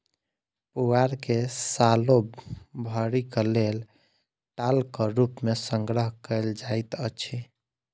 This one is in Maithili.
पुआर के सालो भरिक लेल टालक रूप मे संग्रह कयल जाइत अछि